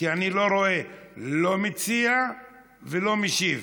כי אני לא רואה לא מציע ולא משיב.